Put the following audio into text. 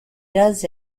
does